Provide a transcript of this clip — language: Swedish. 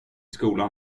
skolan